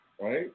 right